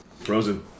Frozen